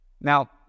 Now